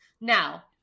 Now